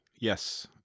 Yes